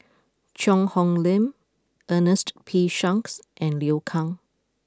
Cheang Hong Lim Ernest P Shanks and Liu Kang